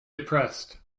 depressed